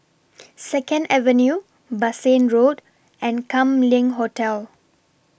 Second Avenue Bassein Road and Kam Leng Hotel